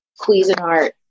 Cuisinart